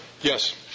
Yes